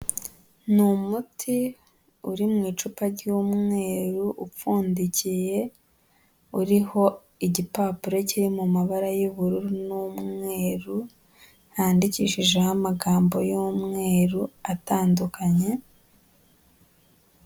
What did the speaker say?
Ni umuti uri mu icupa ry'umweruru upfundikiye, uriho igipapuro kiri mu mabara y'ubururu n'umweru, handikishijeho amagambo y'umweru atandukanye.